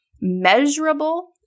measurable